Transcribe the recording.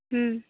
ᱦᱩᱸ